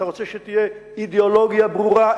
אתה רוצה שתהיה אידיאולוגיה ברורה.